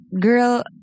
girl